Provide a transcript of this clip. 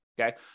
okay